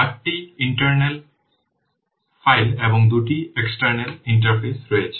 8টি internal file এবং 2টি এক্সটার্নাল ইন্টারফেস রয়েছে